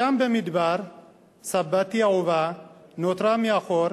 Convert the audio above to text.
שם במדבר סבתי האהובה נותרה מאחור,